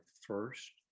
first